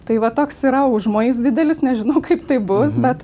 tai va toks yra užmojis didelis nežinau kaip tai bus bet